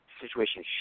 situation